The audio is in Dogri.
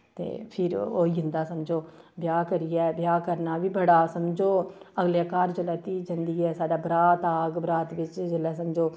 ते फिर होई जंदा समझो ब्याह् करियै ब्याह् करना बी बड़ा समझो अगलै घर जिसलै धीऽ जंदी साढ़ै बरात आह्ग बरात बिच्च जिसलै समझो